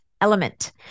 Element